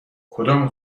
کدام